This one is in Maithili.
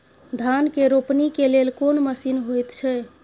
धान के रोपनी के लेल कोन मसीन होयत छै?